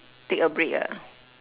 take a break ah